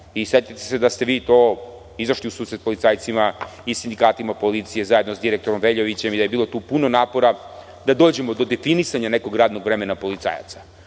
i setite se da ste izašli u susret policajcima i sindikatima policije zajedno sa direktorom Veljovićem i da je tu bilo puno napora da dođemo do definisanja nekog radnog vremena policajaca. Ovi